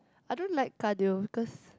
I don't like cardio cause